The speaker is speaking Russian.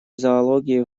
зоологии